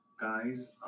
Guys